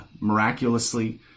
miraculously